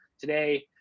today